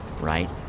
right